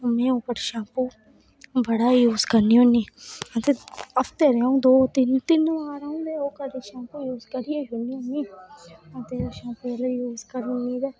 में आपूं ओह् शैम्पू बड़ा ई यूज करनी होन्नी मतलब हफ्ते दो तिन्न तिन्न बार ओह् शैम्पू यूज करनी होन्नी अते शैम्पू यूज करनी होन्नी